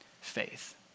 faith